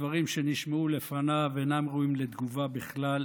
הדברים שנשמעו לפניו אינם ראויים לתגובה בכלל,